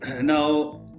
now